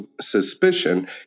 suspicion